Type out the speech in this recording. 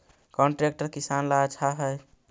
कौन ट्रैक्टर किसान ला आछा है?